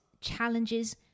challenges